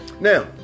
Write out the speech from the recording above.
now